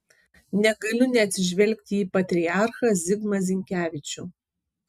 negaliu neatsižvelgti į patriarchą zigmą zinkevičių